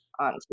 on